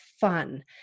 fun